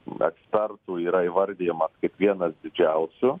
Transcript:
ekspertų yra įvardijamas kaip vienas didžiausių